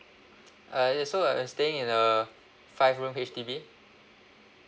uh so I'm staying in a five room H_D_B